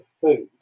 food